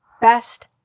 best